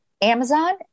amazon